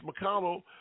McConnell